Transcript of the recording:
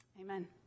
Amen